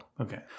Okay